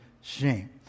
shame